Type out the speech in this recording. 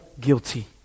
guilty